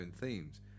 themes